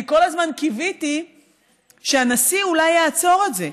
אני כל הזמן קיוויתי שהנשיא אולי יעצור את זה,